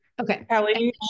Okay